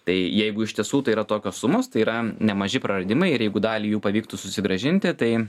tai jeigu iš tiesų tai yra tokios sumos tai yra nemaži praradimai ir jeigu dalį jų pavyktų susigrąžinti tai